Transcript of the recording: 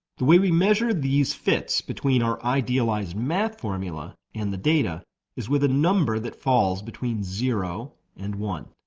the way we measure these fits between our idealized math formula and the data is with a number that falls between zero and one.